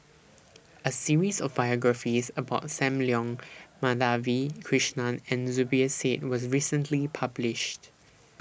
A series of biographies about SAM Leong Madhavi Krishnan and Zubir Said was recently published